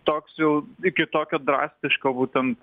toks jau iki tokio drastiško būtent